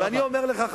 אני אומר לכם,